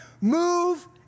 move